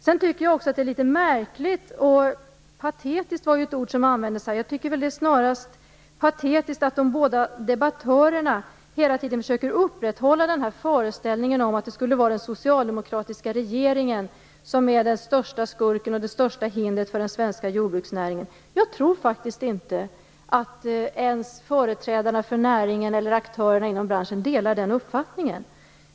Sedan tycker jag också att det är litet märkligt och patetiskt - det var ju ett ord som användes här - att de båda debattörerna hela tiden försöker upprätthålla den här föreställningen om att det skulle vara den socialdemokratiska regeringen som är den största skurken och det största hindret för den svenska jordbruksnäringen. Jag tror faktiskt inte att ens företrädarna för näringen eller aktörerna inom branschen delar den uppfattningen.